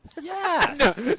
Yes